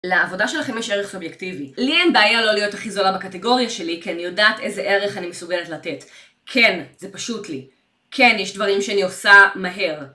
לעבודה שלכם יש ערך סובייקטיבי. לי אין בעיה לא להיות הכי זולה בקטגוריה שלי, כי אני יודעת איזה ערך אני מסוגלת לתת. כן, זה פשוט לי. כן, יש דברים שאני עושה מהר.